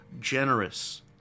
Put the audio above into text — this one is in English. generous